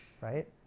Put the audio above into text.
right